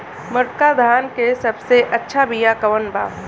मोटका धान के सबसे अच्छा बिया कवन बा?